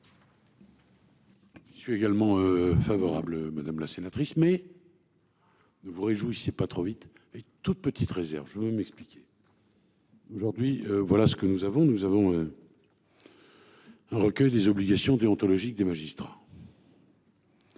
Je suis également favorable. Madame la sénatrice mais. Ne vous réjouissez pas trop vite et toute petite réserve m'expliquer. Aujourd'hui voilà ce que nous avons nous avons. Un recueil des obligations déontologiques des magistrats.